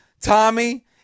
Tommy